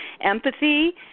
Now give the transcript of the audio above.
empathy